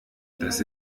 das